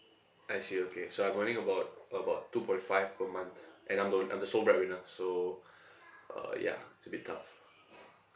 I see okay so I'm earning about about two point five per month and I'm alone I'm the sole breadwinner so uh ya it's a bit tough